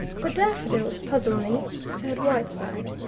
the daffodils puzzle me, said whiteside.